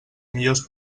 millors